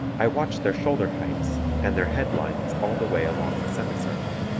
i watch their shoulder heights and their head-lines all the way along the semi-circle.